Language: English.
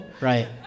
Right